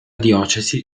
diocesi